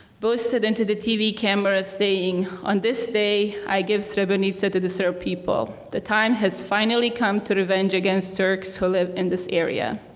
boasted into the tv cameras saying on this day i give srebrenica to the serb people. the time has finally come to revenge against turks who live in this area.